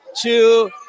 two